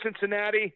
Cincinnati